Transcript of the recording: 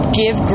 give